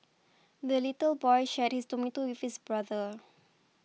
the little boy shared his tomato with his brother